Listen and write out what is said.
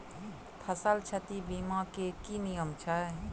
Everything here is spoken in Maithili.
फसल क्षति बीमा केँ की नियम छै?